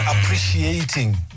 appreciating